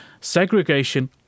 segregation